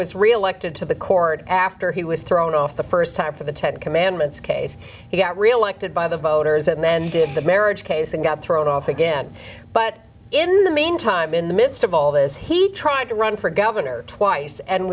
was reelected to the court after he was thrown off the st time for the ten commandments case he got reelected by the voters and then did the marriage case and got thrown off again but in the meantime in the midst of all this he tried to run for governor twice and